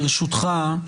ברשותך,